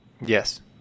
Yes